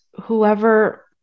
whoever